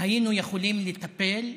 היינו יכולים לטפל,